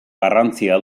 garrantzia